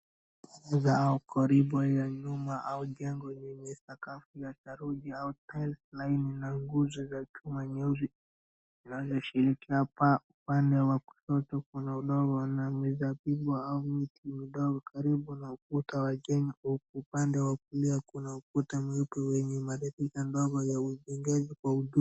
Picha za karibu ya nyumba au jengo lenye sakafu ya saruji au tiles laini na nguzo za chuma nyeusi. Inavyoshiriki hapa upande wa kushoto kuna udongo na mizabibu au miti midogo karibu na ukuta wa jengo huku upande wa kulia kuna ukuta mweupe wenye maridadi ndogo ya wijingaji kwa ujumla.